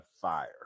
fire